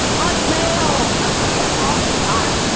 hotmail. hotmail. hot. hot.